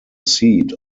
seat